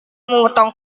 memotong